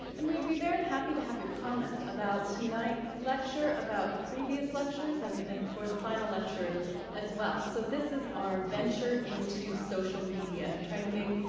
and we'd be very happy to have your comments about tonight's lecture, about the previous lectures, and and for the final lecture as well. so, this is our venture into social media and trying to make